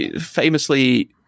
famously